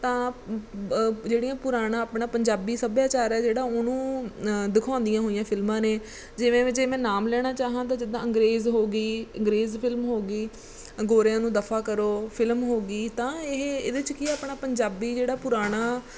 ਤਾਂ ਜਿਹੜਾ ਪੁਰਾਣਾ ਆਪਣਾ ਪੰਜਾਬੀ ਸੱਭਿਆਚਾਰ ਹੈ ਜਿਹੜਾ ਉਹਨੂੰ ਦਿਖਾਉਂਦੀਆਂ ਹੋਈਆਂ ਫਿਲਮਾਂ ਨੇ ਜਿਵੇਂ ਮੈਂ ਜੇ ਮੈਂ ਨਾਮ ਲੈਣਾ ਚਾਹਾਂ ਤਾਂ ਜਿੱਦਾਂ ਅੰਗਰੇਜ਼ ਹੋ ਗਈ ਅੰਗਰੇਜ਼ ਫਿਲਮ ਹੋ ਗਈ ਗੋਰਿਆਂ ਨੂੰ ਦਫਾ ਕਰੋ ਫਿਲਮ ਹੋ ਗਈ ਤਾਂ ਇਹ ਇਹਦੇ 'ਚ ਕੀ ਆਪਣਾ ਪੰਜਾਬੀ ਜਿਹੜਾ ਪੁਰਾਣਾ